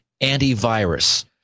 antivirus